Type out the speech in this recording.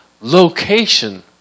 location